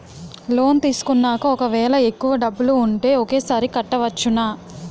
Loan తీసుకున్నాక ఒకవేళ ఎక్కువ డబ్బులు ఉంటే ఒకేసారి కట్టవచ్చున?